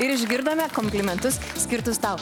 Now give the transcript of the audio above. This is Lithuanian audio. ir išgirdome komplimentus skirtus tau